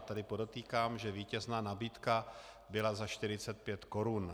Tedy podotýkám, že vítězná nabídka byla za 45 korun.